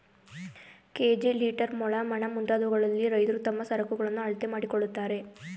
KG, litre, ಮೊಳ, ಮಣ, ಮುಂತಾದವುಗಳಲ್ಲಿ ರೈತ್ರು ತಮ್ಮ ಸರಕುಗಳನ್ನು ಅಳತೆ ಮಾಡಿಕೊಳ್ಳುತ್ತಾರೆ